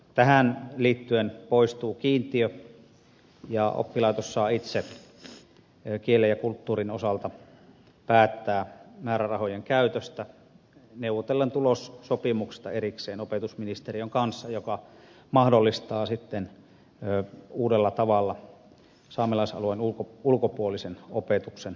tähän liittyen poistuu kiintiö ja oppilaitos saa itse kielen ja kulttuurin osalta päättää määrärahojen käytöstä neuvotellen tulossopimuksesta erikseen opetusministeriön kanssa mikä mahdollistaa sitten uudella tavalla saamelaisalueen ulkopuolisen opetuksen huomioimisen